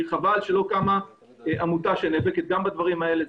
חבל שלא קמה עמותה שנאבקת גם בדברים האלה.